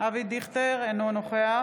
אינו נוכח